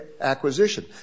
acquisition